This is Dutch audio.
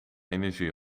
energie